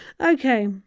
Okay